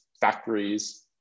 factories